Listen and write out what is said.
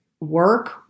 work